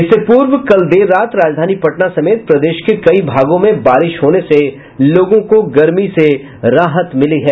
इससे पूर्व कल देर रात राजधानी पटना समेत प्रदेश के कई भागों में बारिश होने से लोगों को गर्मी से राहत मिली है